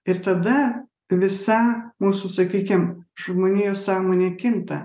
ir tada visa mūsų sakykim žmonijos sąmonė kinta